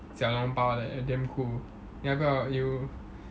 小笼包 leh damn cool 你要不要 you